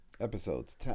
Episodes